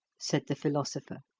said the philosopher,